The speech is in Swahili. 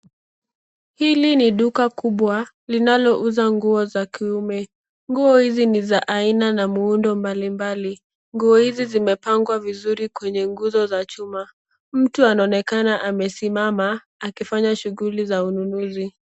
Hili ni duka kubwa linalouza nguo za kiume. Nguo hizi ni za aina na muundo mbalimbali. Nguo hizi zimepangwa vizuri kwenye nguzo za chuma. Mtu anaonekana amesimama akifanya shughuli za ununuzi.